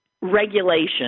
regulation